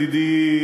ידידי,